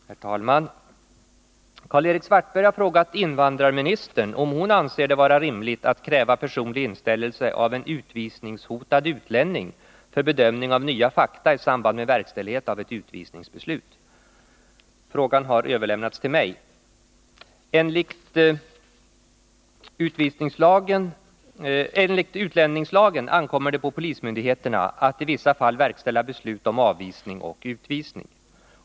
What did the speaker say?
Herr talman! Karl-Erik Svartberg har frågat invandrarministern om hon anser det vara rimligt att kräva personlig inställelse av en utvisningshotad utlänning för bedömning av nya fakta i samband med verkställighet av ett utvisningsbeslut. Frågan har överlämnats till mig. Enligt utlänningslagen ankommer det på polismyndigheterna att i vissa fall verkställa beslut om avvisning och utvisning.